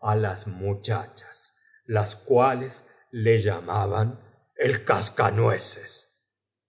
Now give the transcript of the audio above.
á las muchachas las cuales le llamaba o e l cascanueces